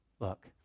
Look